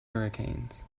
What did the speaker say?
hurricanes